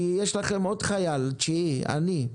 כי יש לכם עוד חייל תשיעי, אני.